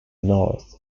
north